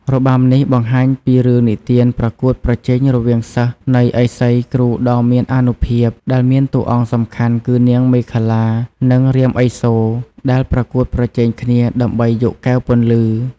របាំនេះបង្ហាញពីរឿងនិទានប្រកួតប្រជែងរវាងសិស្សនៃឥសីគ្រូដ៏មានអានុភាព ដែលមានតួអង្គសំខាន់គឺ នាងមេខលា និង រាមឥសូរ ដែលប្រកួតប្រជែងគ្នាដើម្បីយកកែវពន្លឺ។